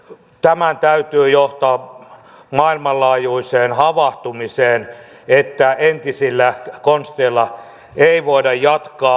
tämän täytyy johtaa maailmanlaajuiseen havahtumiseen että entisillä konsteilla ei voida jatkaa